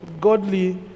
godly